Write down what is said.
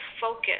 focus